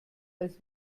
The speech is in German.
als